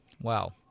Wow